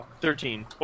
Thirteen